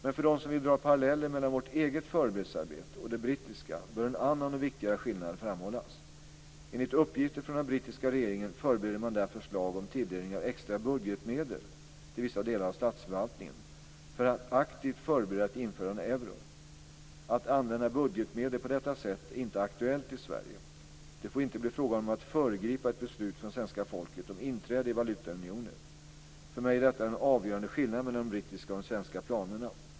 Men för dem som vill dra paralleller mellan vårt eget förberedelsearbete och det brittiska bör en annan och viktigare skillnad framhållas. Enligt uppgifter från den brittiska regeringen förbereder man där förslag om tilldelning av extra budgetmedel till vissa delar av statsförvaltningen för att aktivt förbereda ett införande av euron. Att använda budgetmedel på detta sätt är inte aktuellt i Sverige. Det får inte bli fråga om att föregripa ett beslut från svenska folket om inträde i valutaunionen. För mig är detta den avgörande skillnaden mellan de brittiska och de svenska planerna.